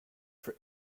for